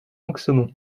anxaumont